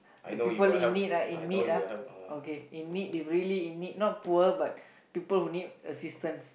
the people in need ah in need ah okay in need if really in need not poor but people who need assistance